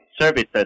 services